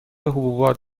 حبوبات